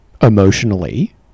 emotionally